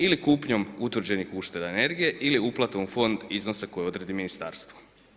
Ili kupnjom utvrđenih ušteda energije ili uplatom u fond iznosa koje odredi ministarstvo.